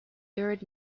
third